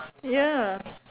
ya